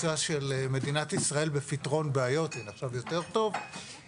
מדינת ישראל בפתרון בעיות, אנחנו